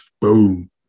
Boom